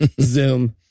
Zoom